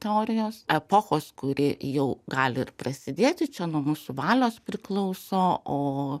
teorijos epochos kuri jau gali ir prasidėti nuo mūsų valios priklauso o